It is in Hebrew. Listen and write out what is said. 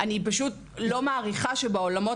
אני פשוט לא מעריכה שבעולמות.